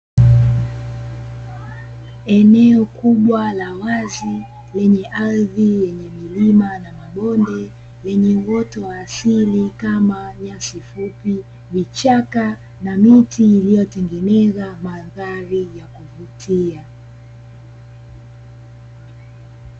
Eneo kubwa la wazi lenye ardhi yenye vilima na mabonde lenye uoto wa asili kama nyasi fupi, vichaka na miti iloyotengeneza mandhari ya kuvutia.